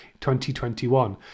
2021